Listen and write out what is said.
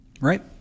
right